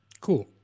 Cool